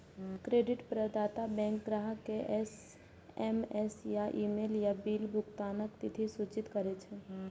credit प्रदाता bank ग्राहक कें एस.एम.एस या ईमेल सं बिल भुगतानक तिथि सूचित करै छै